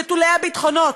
נטולי הביטחונות,